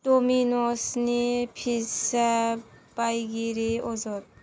दमिनजनि pizza बायगिरि अजद